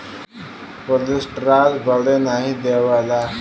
cholesterol बढ़े नाही देवला